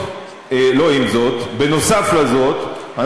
נוסף על זאת,